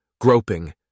groping